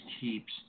keeps